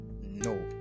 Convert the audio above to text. no